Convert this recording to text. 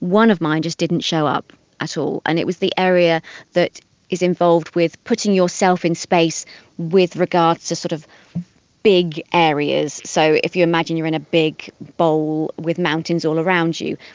one of mine just didn't show up at all and it was the area that is involved with putting yourself in space with regards to sort of big areas. so if you imagine you are in a big bowl with mountains all around you,